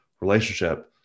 relationship